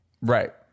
right